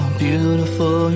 beautiful